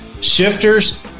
shifters